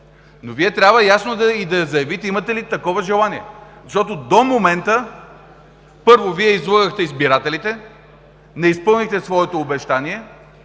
Но Вие трябва ясно да заявите имате ли такова желание. Защото до момента, първо, Вие излъгахте избирателите, не изпълнихте своето обещание.